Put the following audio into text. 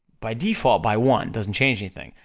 by default by one, doesn't change anything,